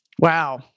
Wow